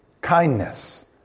kindness